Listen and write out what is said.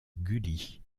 gulli